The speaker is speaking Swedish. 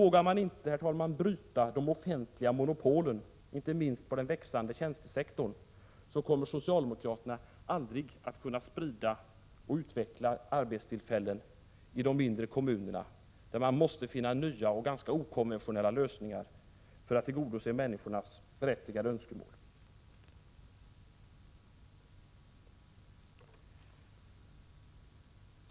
Vågar socialdemokraterna inte bryta de offentliga monopolen, inte minst inom den växande tjänstesektorn, kommer de aldrig att kunna sprida och utveckla arbetstillfällen i de mindre kommunerna, där man måste finna nya och ganska okonventionella lösningar för att tillgodose människornas berättigade önskemål.